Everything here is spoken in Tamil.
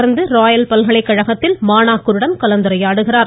தொடர்ந்து ராயல் பல்கலைகழகத்தில் மாணாக்கருடன் கலந்துரையாடுகிறார்